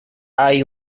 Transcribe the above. hay